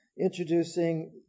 introducing